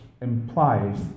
implies